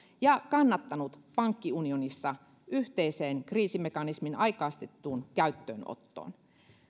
ja kannattanut pankkiunionissa yhteisen kriisimekanismin aikaistettuun käyttöönottoon